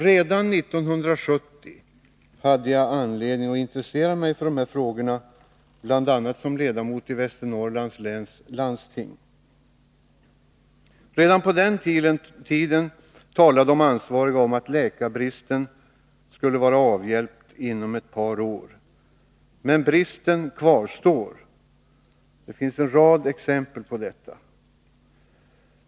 Redan 1970 hade jag anledning att intressera mig för dessa frågor, bl.a. som ledamot i Västernorrlands läns landsting. Redan på den tiden talade de ansvariga om att läkarbristen skulle vara avhjälpt inom ett par år. Men bristen kvarstår. Det finns en rad exempel på detta.